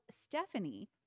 Stephanie